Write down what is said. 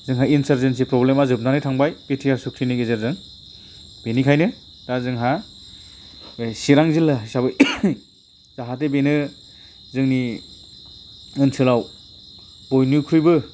जोंहा इन्सारजेन्सि प्रब्लेमा जोबनानै थांबाय बि टि आर सुक्तिनि गेजेरजों बेनिखायनो दा जोंहा बे चिरां जिल्ला हिसाबै जाहाथे बेनो जोंनि ओनसोलाव बयनिख्रुइबो